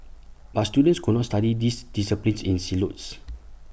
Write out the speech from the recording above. but students could not study these disciplines in silos